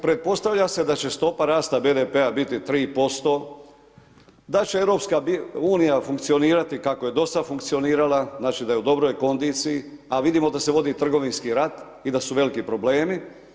Pretpostavlja se da će stopa rasta BDP-a biti 3%, da će EU funkcionirati kako je do sada funkcionirala, znači da je u dobroj kondiciji, a vidimo da se vodi trgovinski rat i da su veliki problemi.